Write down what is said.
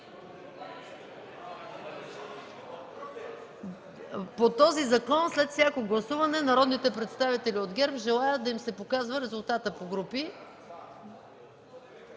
По този закон след всяко гласуване народните представители от ГЕРБ желаят да им се показва резултатът по групи.